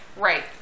Right